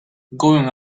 going